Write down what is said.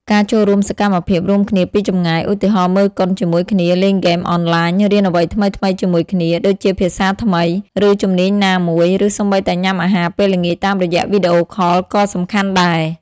ការចំណាយពេលជាមួយគ្នាផ្ទាល់ គឺជាការវិនិយោគដ៏មានតម្លៃបំផុតសម្រាប់ទំនាក់ទំនង ព្រោះវាផ្តល់ឱកាសឱ្យយើងបង្កើតអនុស្សាវរីយ៍ថ្មីៗ និងទទួលបានអារម្មណ៍ជិតស្និទ្ធឡើងវិញ។